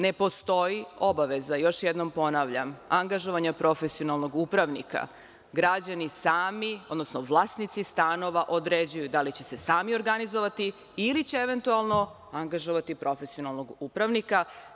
Ne postoji obaveza, još jednom ponavljam, angažovanja profesionalnog upravnika, građani sami, odnosno vlasnici stanova određuju da li će se sami organizovati ili će eventualno angažovati profesionalnog upravnika.